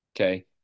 Okay